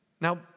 Now